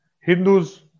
Hindus